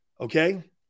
Okay